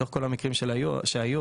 מתוך המקרים האלה,